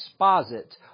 exposit